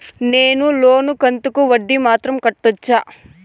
నేను లోను కంతుకు వడ్డీ మాత్రం కట్టొచ్చా?